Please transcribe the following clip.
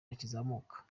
bakizamuka